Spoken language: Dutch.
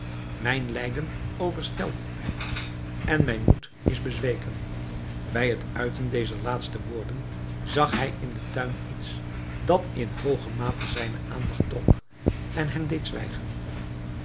mijn lijden overstelpt mij en mijn moed is bezweken bij het uiten dezer laatste woorden zag hij in den tuin iets dat in hooge mate zijne aandacht trok en hem deed zwijgen